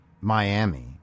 Miami